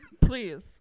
Please